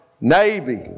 Navy